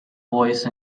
voice